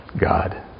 God